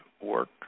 work